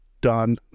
done